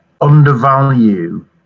undervalue